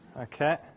Okay